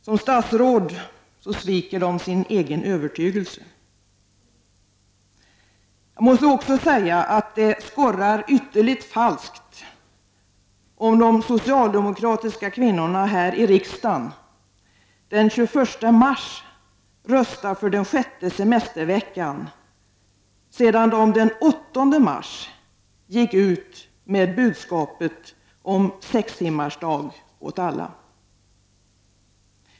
Som statsråd sviker de sin egen övertygelse. Jag måste också säga att det skorrar ytterligt falskt om de socialdemokratiska kvinnorna här i riksdagen den 21 mars röstar för den sjätte semesterveckan sedan de den 8 mars gick ut med budskapet om sextimmarsdag åt alla.